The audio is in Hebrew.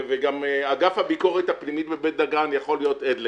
וגם אגף הביקורת הפנימית בבית דגן יכול להיות עד לכך.